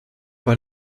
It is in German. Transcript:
war